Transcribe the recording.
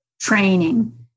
training